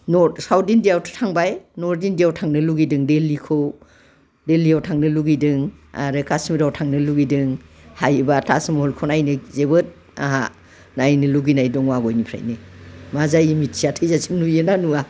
north south इण्डियायावथ' थांबाय north इण्डियायाव थांनो लुगैदों दिल्लीखौ दिल्लीयाव थांनो लुगैदों आरो काशमिराव थांना लुगैदों हायोब्ला ताजमहलखौ नायनो जोबोद आंहा नायनो लुगैनाय दङ आवगायनायनिफ्रायनो मा जायो मिथिया थैजासिम नुयो ना नुवा